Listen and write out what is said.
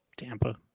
Tampa